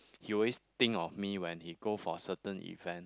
he always think of me when he go for certain event